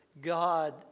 God